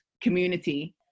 community